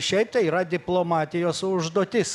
šiaip tai yra diplomatijos užduotis